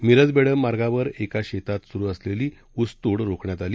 मिरज बेडग मार्गावर एका शेतात सुरु असलेली ऊस तोड रोखण्यात आली